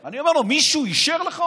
אני אומר לו: מישהו אישר לך?